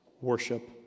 Worship